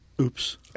Oops